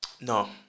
No